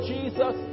Jesus